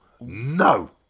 No